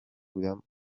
بودم